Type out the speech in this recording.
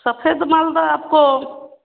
सफ़ेद मालदा आपको